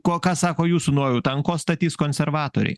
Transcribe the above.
ko ką sako jūsų nuojauta ant ko statys konservatoriai